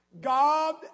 God